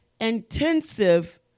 intensive